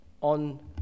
on